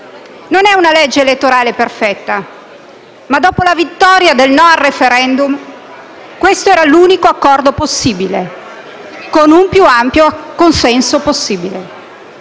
Non è una legge elettorale perfetta, ma dopo la vittoria del no al *referendum*, questo era l'unico accordo possibile con il più ampio consenso possibile.